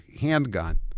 handgun